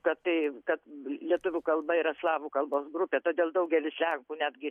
kad tai kad lietuvių kalba yra slavų kalbos grupė todėl daugelis lenkų netgi